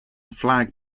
flag